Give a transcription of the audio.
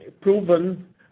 proven